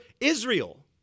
Israel